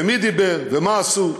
מי דיבר ומה עשו.